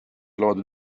loodud